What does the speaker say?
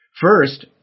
First